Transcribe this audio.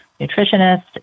nutritionist